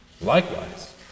likewise